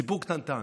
זה סיפור קטנטן,